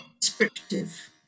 descriptive